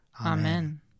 Amen